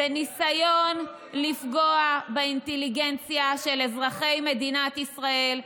זה ניסיון לפגוע באינטליגנציה של אזרחי מדינת ישראל,